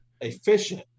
Efficient